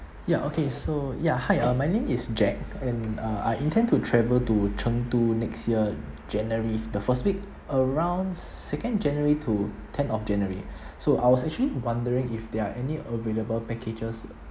ya okay so ya hi uh my name is jack and uh I intend to travel to chengdu next year january the first week around second january to ten of january so I was actually wondering if there are any available packages